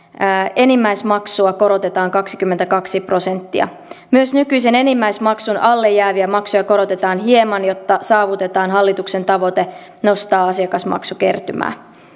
enimmäismaksua korotetaan kaksikymmentäkaksi prosenttia myös nykyisen enimmäismaksun alle jääviä maksuja korotetaan hieman jotta saavutetaan hallituksen tavoite nostaa asiakasmaksukertymää